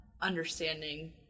understanding